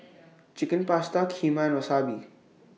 Chicken Pasta Kheema Wasabi